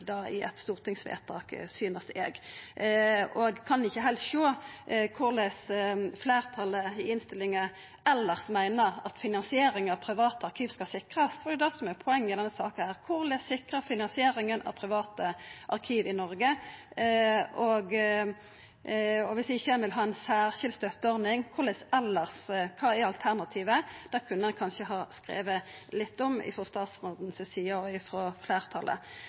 i eit forslag til stortingsvedtak, og eg kan ikkje heilt sjå korleis fleirtalet i innstillinga elles meiner at finansiering av private arkiv skal sikrast. Det er jo det som er poenget i denne saka: Korleis sikra finansieringa av private arkiv i Noreg? Og viss ein ikkje vil ha ei særskilt støtteordning: Kva er alternativet? Det kunne ein kanskje ha skrive litt om, frå statsråden si side og av fleirtalet.